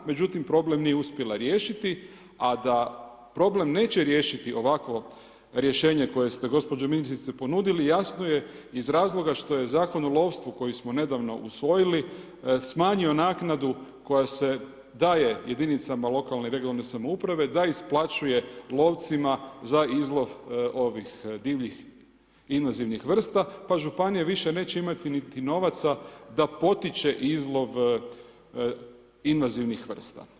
Međutim, problem nije uspjela riješiti a da problem neće riješiti ovakvo rješenje, koje ste gđa. ministrice ponudili, jasno je iz razloga što je Zakon o lovstvu, koji smo nedavno usvojili, smanjio naknadu, koja se daje jedinicama lokalne i regionalne samouprave da isplaćuje lovcima za izlov, divljih inozemnih vrsta, pa županije više neće imati niti novaca da potiče izlov invazivnih vrsta.